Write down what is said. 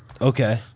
Okay